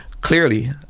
clearly